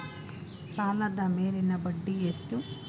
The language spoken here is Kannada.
ಸಾಲದ ಮೇಲಿನ ಬಡ್ಡಿ ಎಷ್ಟು?